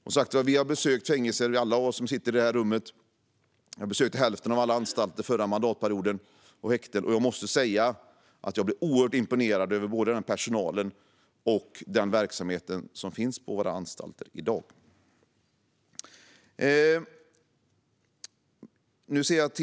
Alla som sitter i det här rummet har besökt fängelser. Jag besökte hälften av alla anstalter och häkten under förra mandatperioden, och jag måste säga att jag blev oerhört imponerad av personalen och verksamheten som finns på anstalterna i dag.